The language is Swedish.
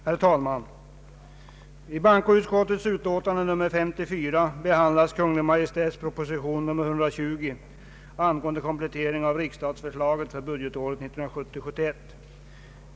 Herr talman! I bankoutskottets utlåtande nr 54 behandlas Kungl. Maj:ts proposition nr 120 angående komplettering av riksstatförslaget för budgetåret 1970/71.